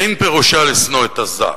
אין פירושה לשנוא את הזר,